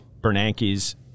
Bernanke's